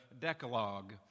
Decalogue